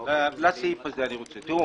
בבקשה.